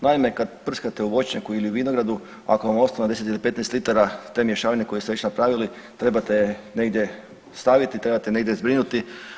Naime, kad prskate u voćnjaku ili vinogradu ako vam ostane 10 ili 15 litara te mješavine koju ste već napravili trebate je negdje staviti, trebate je negdje zbrinuti.